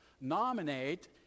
nominate